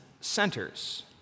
centers